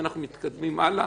אנחנו מתקדמים הלאה.